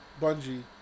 Bungie